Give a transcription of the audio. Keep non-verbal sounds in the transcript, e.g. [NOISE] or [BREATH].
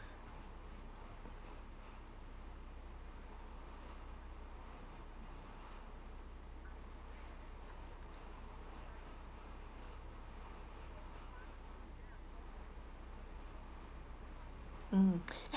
mm [BREATH]